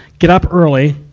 get up early,